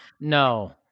no